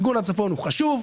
מיגון הצפון הוא חשוב.